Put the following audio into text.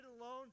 alone